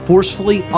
forcefully